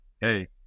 Hey